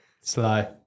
Sly